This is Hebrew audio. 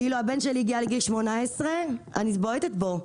כאילו שכשהבן שלי יגיע לגיל 18 אני בועטת בו,